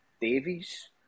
Davies